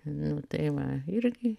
nu tai va irgi